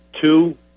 two